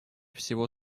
всего